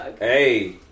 Hey